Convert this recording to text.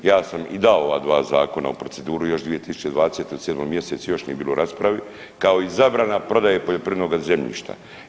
Ja dam i dao ova dva zakona u proceduru još 2020. u 7 mjesecu još nije bilo rasprave kao i zabrana prodaje poljoprivrednoga zemljišta.